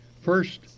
First